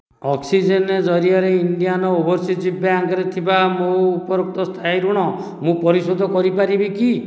oxygen ଜରିଆରେ Indian overseas ବ୍ୟାଙ୍କରେ ଥିବା ମୋ ଉପଭୋକ୍ତା ସ୍ଥାୟୀ ଋଣ ମୁଁ ପରିଶୋଧ କରିପାରିବି କି